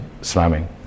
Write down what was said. slamming